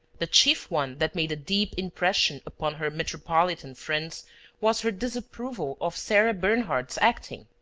the chief one that made a deep impression upon her metropolitan friends was her disapproval of sarah bernhardt's acting.